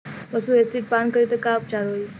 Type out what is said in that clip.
पशु एसिड पान करी त का उपचार होई?